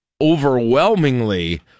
overwhelmingly